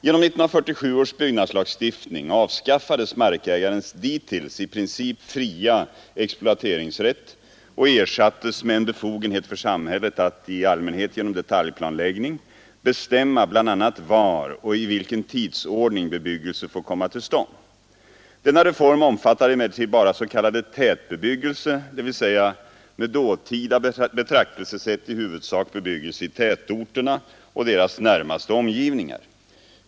Genom 1947 års byggnadslagstiftning avskaffades markägarens dittills i princip fria exploateringsrätt och ersattes med en befogenhet för samhället att — i allmänhet genom detaljplanläggning — bestämma bl.a. var och i vilken tidsordning bebyggelse får komma till stånd. Denna reform omfattade emellertid bara s.k. tätbebyggelse, dvs. med dåtida betraktelsesätt i huvudsak bebyggelse i tätorterna och deras närmaste omgivningar.